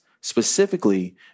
specifically